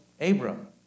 Abram